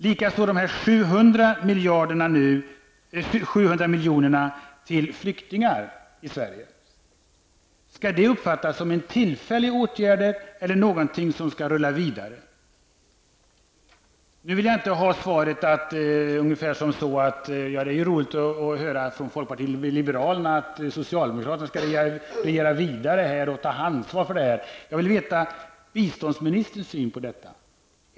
Skall de 700 miljonerna till flyktingar i Sverige uppfattas som en tillfällig åtgärd, eller är det någonting som skall rulla vidare? Jag vill inte ha som svar att det är roligt att från folkpartiet liberalerna få höra att socialdemokraterna skall regera vidare och ta ansvaret, utan jag vill ha biståndsministerns syn på detta.